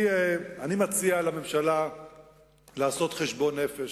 אני מציע לממשלה לעשות חשבון נפש,